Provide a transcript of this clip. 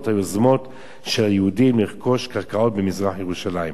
היוזמות של היהודים לרכוש קרקעות במזרח-ירושלים.